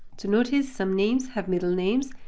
so notice some names have middle names.